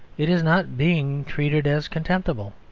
it is not being treated as contemptible.